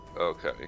Okay